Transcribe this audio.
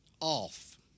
off